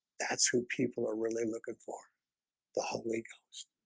that's who people are really looking for the holy ghost